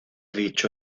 dicho